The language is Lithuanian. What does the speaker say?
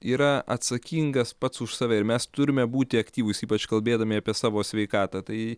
yra atsakingas pats už save ir mes turime būti aktyvūs ypač kalbėdami apie savo sveikatą tai